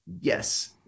Yes